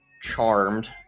charmed